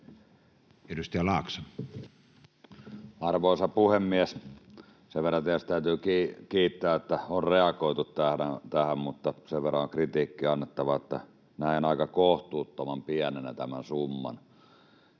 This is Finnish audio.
Content: Arvoisa puhemies! Sen verran tietysti täytyy kiittää, että on reagoitu tähän. Mutta sen verran kritiikkiä on annettava, että näen aika kohtuuttoman pienenä tämän summan,